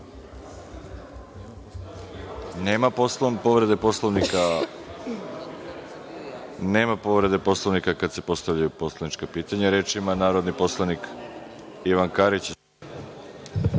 povrede Poslovnika kada se postavljaju poslanička pitanja. Reč ima narodni poslanik Ivan Karić.